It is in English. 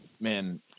man